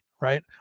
right